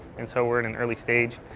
and so we're at an early stage.